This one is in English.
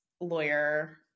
lawyer